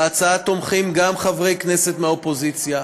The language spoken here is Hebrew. בהצעה תומכים גם חברי כנסת מהאופוזיציה.